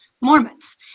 Mormons